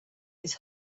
his